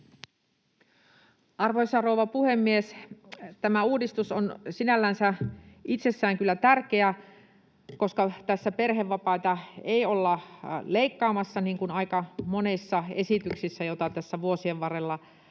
Arvoisa rouva puhemies! Tämä uudistus on sinällänsä itsessään kyllä tärkeä, koska tässä perhevapaita ei olla leikkaamassa, niin kuin aika monissa esityksissä, joita tässä vuosien varrella